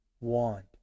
want